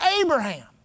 Abraham